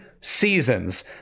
seasons